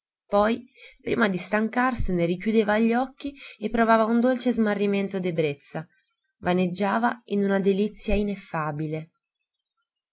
poi prima di stancarsene richiudeva gli occhi e provava un dolce smarrimento d'ebbrezza vaneggiava in una delizia ineffabile